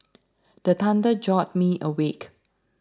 the thunder jolt me awake